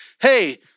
hey